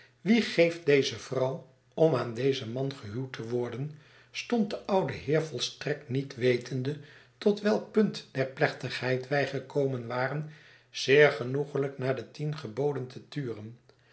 wie geeft deze vrouw om aan dezen man gehuwd te worden stond de oude heer volstrekt niet wetende tot welk punt der plechtigheid wij gekomen waren zeer genoeglijk naar de tien geboden te turen